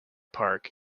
park